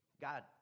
God